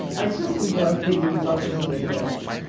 i just love that you fucking did this.